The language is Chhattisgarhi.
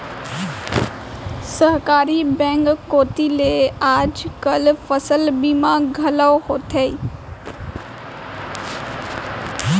सहकारी बेंक कोती ले आज काल फसल बीमा घलौ होवथे